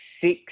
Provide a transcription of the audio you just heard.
six